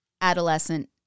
adolescent